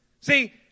See